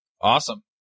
Awesome